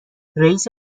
رئیس